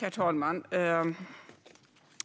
Herr talman!